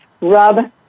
rub